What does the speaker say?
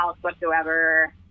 whatsoever